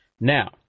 Now